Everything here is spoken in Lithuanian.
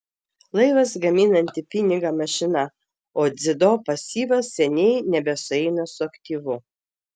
laivas gaminanti pinigą mašina o dzido pasyvas seniai nebesueina su aktyvu